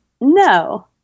No